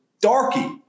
darky